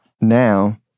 now